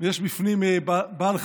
ויש בפנים בעל חיים,